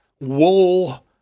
wool